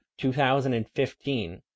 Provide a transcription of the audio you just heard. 2015